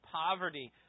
poverty